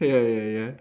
ya ya ya